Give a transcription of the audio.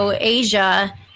asia